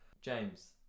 James